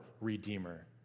redeemer